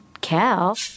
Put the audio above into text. Cal